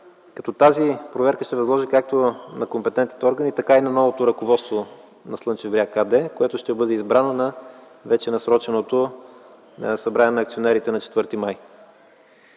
като тази проверка се възложи както на компетентните органи, така и на новото ръководство на „Слънчев бряг” АД, което ще бъде избрано на вече насроченото събрание на акционерите на 4 май